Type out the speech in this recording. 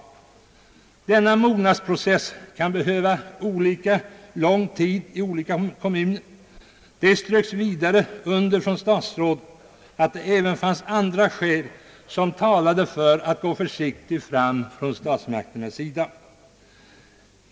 Denna mognadsprocess kan behöva olika lång tid i olika kommuner.» Statsrådet underströk vidare att det även fanns andra skäl som talade för att gå försiktigt fram från statsmakternas sida.